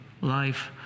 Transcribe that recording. life